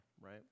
Right